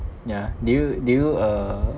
ya did you did you err